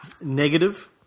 negative